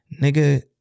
Nigga